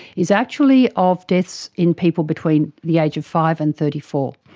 is actually of deaths in people between the age of five and thirty four.